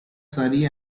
surrey